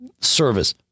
service